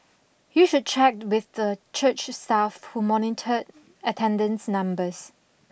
you should check with the church staff who monitored attendance numbers